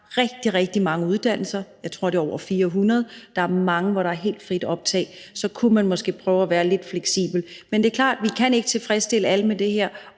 rigtig, rigtig mange uddannelser, jeg tror, det er over 400, og der er mange, hvor der er helt frit optag, og så kunne man måske prøve at være lidt fleksibel. Men det er klart, at vi ikke kan tilfredsstille alle med det her,